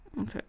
Okay